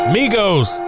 Migos